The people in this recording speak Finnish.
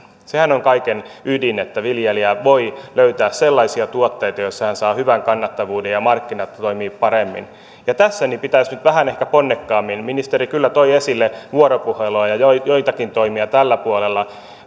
sehän on kaiken ydin että viljelijä voi löytää sellaisia tuotteita joissa hän saa hyvän kannattavuuden ja markkinat toimivat paremmin ja tässä pitäisi nyt vähän ehkä ponnekkaammin ministeri kyllä toi esille vuoropuhelua ja joitakin toimia tällä puolella